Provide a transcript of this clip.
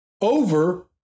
over